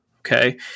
okay